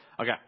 Okay